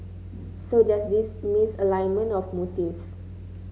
so there's this misalignment of motives